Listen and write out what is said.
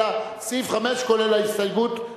אלא סעיף 5 כולל ההסתייגות.